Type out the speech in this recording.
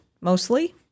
mostly